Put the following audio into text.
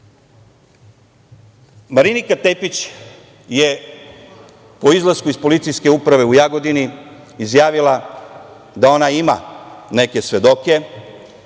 Đilas. Marinika Tepić je po izlasku iz Policijske uprave u Jagodini izjavila da ona ima neke svedoke,